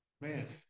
man